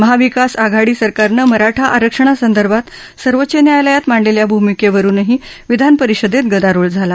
महाविकास आघाडी सरकारनं मराठा आरक्षणासंदर्भात सर्वोच्च न्यायालयात मांडलेल्या भूमिकेवरूनही विधान परिषदेत गदारोळ झाला